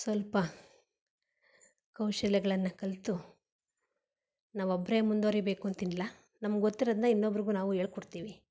ಸ್ವಲ್ಪ ಕೌಶಲ್ಯಗಳನ್ನು ಕಲಿತು ನಾವೊಬ್ಬರೆ ಮುಂದುವರಿಬೇಕು ಅಂತೇನಿಲ್ಲ ನಮ್ಗೆ ಗೊತ್ತಿರೋದ್ನ ಇನ್ನೊಬ್ಬರಿಗೂ ನಾವು ಹೇಳ್ಕೊಡ್ತೀವಿ